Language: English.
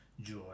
joy